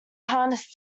harness